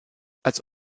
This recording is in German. als